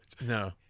no